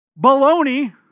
baloney